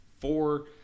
four